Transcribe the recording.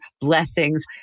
blessings